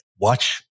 watch